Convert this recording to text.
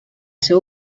seu